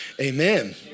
amen